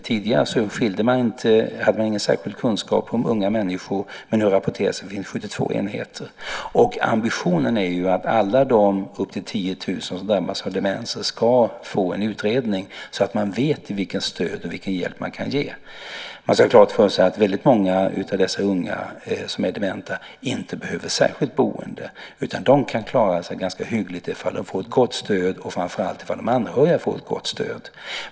Tidigare hade man ingen särskild kunskap om unga människor, men nu rapporteras det alltså att det finns 72 enheter. Ambitionen är att alla de upp till 10 000 personer som drabbas av demens ska få en utredning så att man vet vilket stöd och vilken hjälp man kan ge. Man ska ha klart för sig att många av de unga som är dementa inte behöver särskilt boende. De kan klara sig ganska hyggligt om de får ett gott stöd, och framför allt om de anhöriga får ett gott stöd.